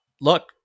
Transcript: look